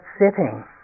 sitting